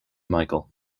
michael